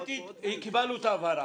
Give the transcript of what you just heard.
קיבלנו את ההבהרה.